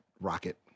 rocket